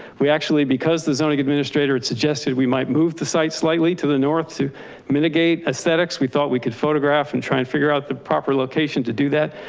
we actually, because the zoning administrator suggested we might move the site slightly to the north to mitigate aesthetics. aesthetics. we thought we could photograph and try and figure out the proper location to do that.